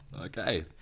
Okay